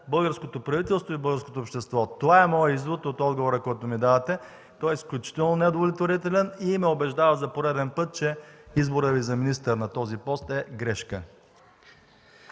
българското правителство и българското общество. Това е моят извод от отговора, който ми давате. Той е изключително неудовлетворителен и ме убеждава за пореден път, че изборът Ви за министър на този пост е грешка.